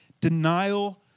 denial